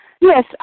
Yes